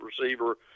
receiver